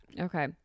okay